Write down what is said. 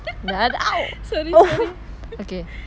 ya okay